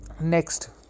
next